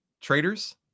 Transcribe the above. traders